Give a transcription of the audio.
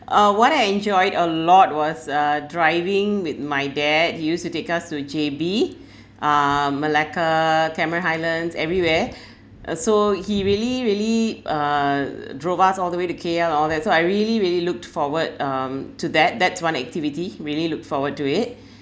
uh what I enjoyed a lot was uh driving with my dad used to take us to J_B uh malacca cameron highlands everywhere uh so he really really uh drove us all the way to K_L all that so I really really looked forward um to that that's one activity really looked forward to it